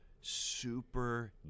super